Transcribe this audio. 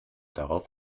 darauf